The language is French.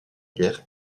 guerre